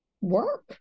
work